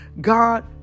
God